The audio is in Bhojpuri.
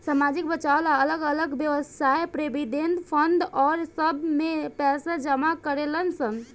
सामाजिक बचाव ला अलग अलग वयव्साय प्रोविडेंट फंड आउर सब में पैसा जमा करेलन सन